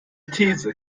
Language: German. these